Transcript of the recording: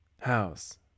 House